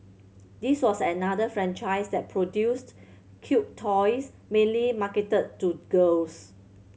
this was another franchise that produced cute toys mainly marketed to girls